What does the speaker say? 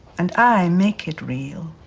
and i make it real